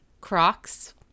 Crocs